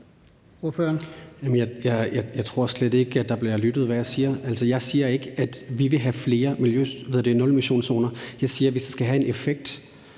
jeg tror slet ikke, at der bliver lyttet til, hvad jeg siger. Jeg siger ikke, at vi vil have flere nulemissionszoner. Jeg siger, at hvis det skal have en effekt,